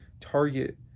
Target